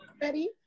ready